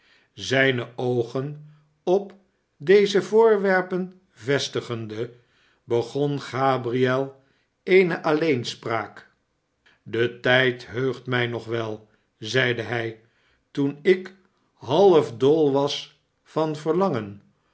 zijne oogen op deze voorwerpen vestigende begon gabriel eene alleenspraak de tijd heut mij nog wel zeide hij toen ik half dol was van verlangen